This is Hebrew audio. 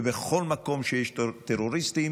ובכל מקום שיש טרוריסטים,